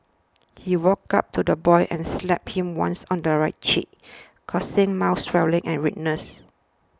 he walked up to the boy and slapped him once on the right cheek causing mild swelling and redness